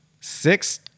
Six